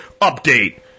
Update